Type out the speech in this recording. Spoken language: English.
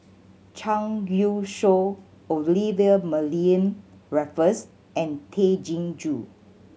Zhang Youshuo Olivia Mariamne Raffles and Tay Chin Joo